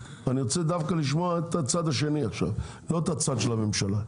רוב ההספק הזה הוא לא במתקנים; לפחות לא במתקנים ברשת החלוקה.